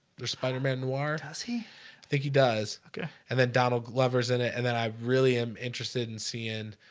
there's spider-man noir does he think he does? okay, and then donald glover is in it, and then i really am interested in seeing